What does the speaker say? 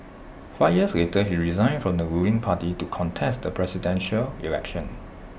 five years later he resigned from the ruling party to contest the Presidential Election